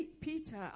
Peter